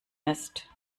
ist